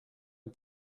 que